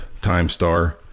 TimeStar